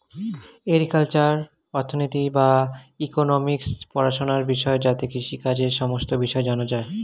agricultural অর্থনীতি বা economics পড়াশোনার বিষয় যাতে কৃষিকাজের সমস্ত বিষয় জানা যায়